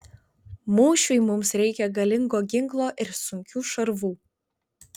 mūšiui mums reikia galingo ginklo ir sunkių šarvų